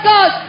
God